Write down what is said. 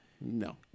No